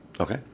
Okay